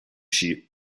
sheep